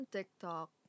TikTok